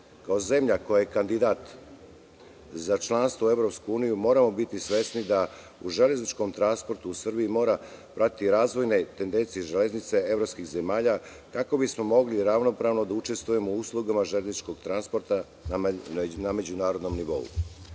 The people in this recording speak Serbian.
zemlja koja je kandidat za članstvo u EU moramo biti svesni da u železničkom transportu u Srbiji mora pratiti razvojne tendencije železnice evropskih zemalja kako bismo mogli ravnopravno da učestvujemo u uslugama zajedničkog transporta na međunarodnom nivou. Oblast